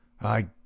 I